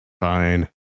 Fine